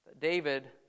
David